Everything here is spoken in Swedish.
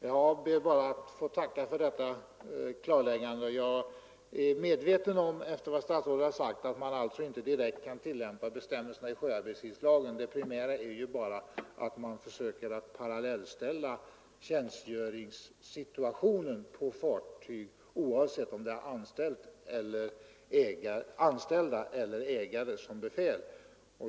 Herr talman! Jag ber att få tacka för detta klarläggande. Jag är efter vad statsrådet har sagt medveten om att man inte direkt kan tillämpa bestämmelserna i sjöarbetstidslagen — det primära är att man försöker parallellställa tjänstgöringssituationen på fartyg, oavsett om anställda eller ägare är befäl.